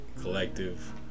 collective